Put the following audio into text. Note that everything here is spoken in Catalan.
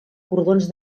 cordons